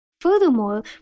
Furthermore